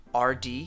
RD